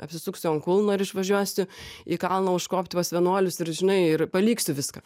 apsisuksiu ant kulno ir išvažiuosiu į kalną užkopti pas vienuolius ir žinai ir paliksiu viską